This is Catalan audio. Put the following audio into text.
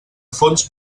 fons